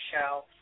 show